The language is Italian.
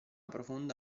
profonda